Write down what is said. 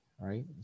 right